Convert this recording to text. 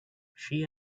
she